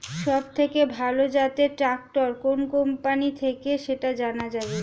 সবথেকে ভালো জাতের ট্রাক্টর কোন কোম্পানি থেকে সেটা জানা যাবে?